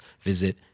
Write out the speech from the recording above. visit